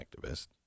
activist